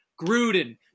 Gruden